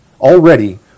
already